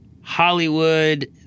Hollywood